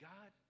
God